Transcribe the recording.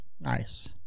Nice